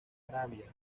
arabia